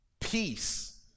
peace